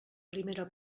primera